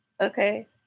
Okay